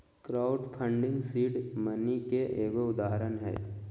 crowd funding seed money के एगो उदाहरण हय